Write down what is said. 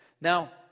Now